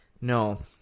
No